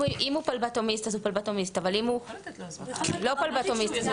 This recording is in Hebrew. אם הוא פלבוטומיסט הוא פלבוטומיסט,